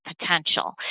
potential